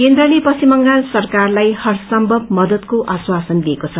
केन्द्रले पश्चिम बंगाल सरकारलाई हरसम्थव महको आश्वासन दिएको छ